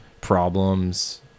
problems